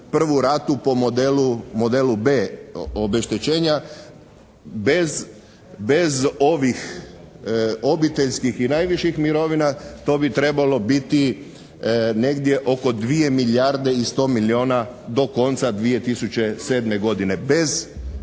prvu ratu po modelu b) obeštećenja bez ovih obiteljskih i najviših mirovina to bi trebalo biti negdje oko 2 milijarde i 100 milijuna do konca 2007. godine